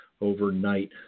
overnight